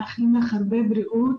מאחלים לך הרבה בריאות.